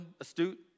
astute